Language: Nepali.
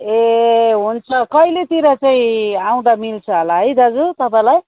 ए हुन्छ कहिलेतिर चाहिँ आउँदा मिल्छ होला है दाजु तपाईँलाई